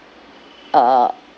uh